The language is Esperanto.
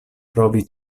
provi